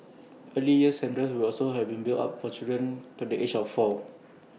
early years centres will also have been built up for children to the age of four